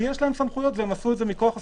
כי יש להם סמכויות ועשו זאת מכוחן.